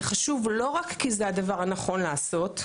זה חשוב לא רק כי זה הדבר הנכון לעשות,